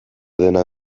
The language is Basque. dena